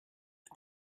but